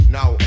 Now